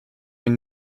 une